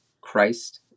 Christ